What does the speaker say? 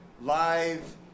live